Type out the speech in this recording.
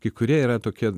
kai kurie yra tokie